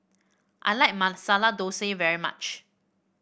I like Masala Dosa very much